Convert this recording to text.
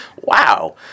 wow